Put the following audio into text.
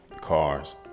cars